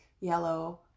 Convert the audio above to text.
yellow